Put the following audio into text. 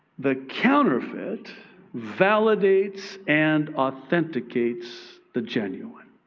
the counterfeit validates and authenticates the genuine.